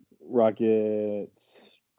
rockets